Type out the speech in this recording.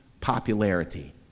popularity